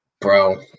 bro